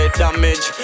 damage